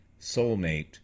Soulmate